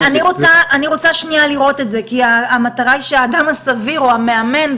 כי המטרה שהאדם הסביר או המאמן,